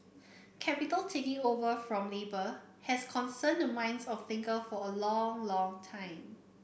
capital taking over from labour has concerned the minds of thinker for a long long time